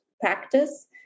practice